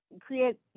create